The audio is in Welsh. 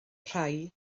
rhai